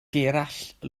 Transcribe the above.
gerallt